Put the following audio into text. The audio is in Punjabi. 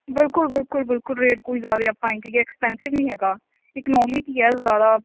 ਬਿਲਕੁਲ ਬਿਲਕੁਲ ਬਿਲਕੁਲ ਰੇਟ ਕੋਈ ਜ਼ਿਆਦਾ ਆਪਾਂ ਐਂ ਕਹੀਏ ਐਕਸਪੈਂਸਿਵ ਨਹੀਂ ਹੈਗਾ ਇਕਨੋਮਿਕ ਹੀ ਹੈ ਜ਼ਿਆਦਾ